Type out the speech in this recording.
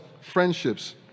friendships